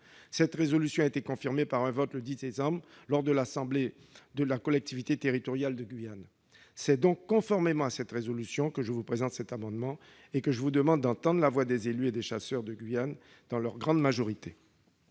Cette résolution a été confirmée par un vote, le 10 décembre 2018, de l'assemblée de la collectivité territoriale de Guyane. C'est donc conformément à cette résolution que je vous présente cet amendement et que je vous demande d'entendre la voix d'une grande majorité